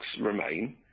remain